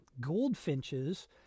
goldfinches